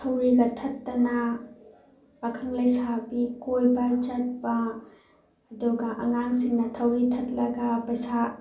ꯊꯧꯔꯤꯒ ꯊꯠꯇꯅ ꯄꯥꯈꯪ ꯂꯩꯁꯥꯕꯤ ꯀꯣꯏꯕ ꯆꯠꯄ ꯑꯗꯨꯒ ꯑꯉꯥꯡꯁꯤꯡꯅ ꯊꯧꯔꯤ ꯊꯠꯂꯒ ꯄꯩꯁꯥ